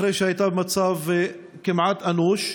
אחרי שהייתה במצב כמעט אנוש.